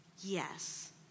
Yes